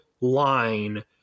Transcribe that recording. line